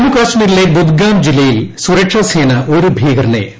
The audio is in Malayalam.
ജമ്മുകാശ്മീരിലെ ബുദ്ഗാം ജില്ലയിൽ സുരക്ഷാസേന ഒരു ഭീകരനെ വധിച്ചു